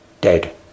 dead